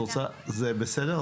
זה בסדר.